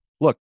Look